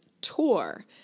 Tour